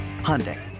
Hyundai